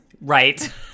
Right